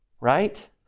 right